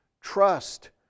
trust